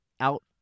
out